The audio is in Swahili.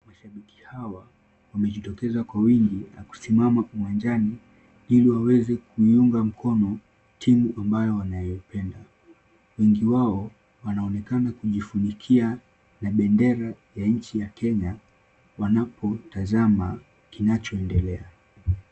Mashabiki hawa, wamejitokeza kwa wingi na kusimama uwanjani ili waweze kuiunga mkono timu ambayo wanaoipenda. Wengi wao wanaonekana kujifunikia na bendera ya nchi ya Kenya wanapotazama kinachoendelea.